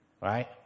right